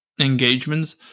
engagements